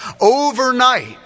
Overnight